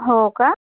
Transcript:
हो का